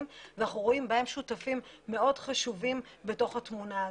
ואנחנו רואים בהם שותפים מאוד חשובים בתוך התמונה הזאת.